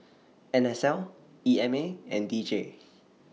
N S L E M A and D J